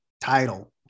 title